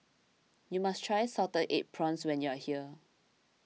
you must try Salted Egg Prawns when you are here